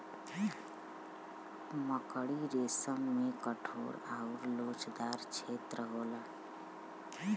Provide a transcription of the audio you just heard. मकड़ी रेसम में कठोर आउर लोचदार छेत्र होला